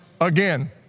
again